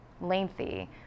lengthy